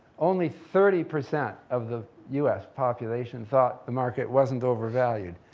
only thirty percent of the us population thought the market wasn't overvalued.